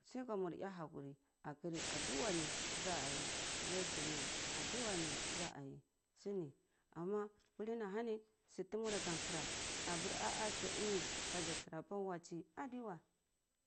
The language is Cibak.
Sai ka mur eh hakuri akar aduwa ni za ar yi nizir dunya dduwa ni za ar yi sini ana kuli ni ahani su tu murata kareh apreh ah ah su ina apa watsi adeweh